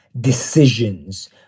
Decisions